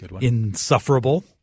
insufferable